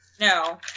No